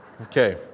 Okay